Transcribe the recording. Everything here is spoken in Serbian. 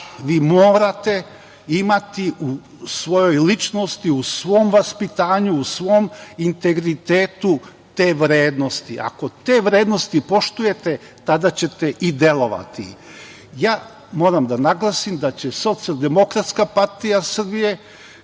Vi morate imati u svojoj ličnosti, u svom vaspitanju, u svom integritetu te vrednosti. Ako te vrednosti poštujete, tada ćete i delovati. Ja moram da naglasim da će Socijaldemokratska partija Srbije